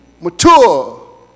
Mature